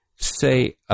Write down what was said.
say